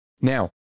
Now